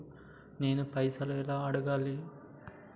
నేను పైసలు ఎలా అడగాలి?